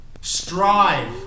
strive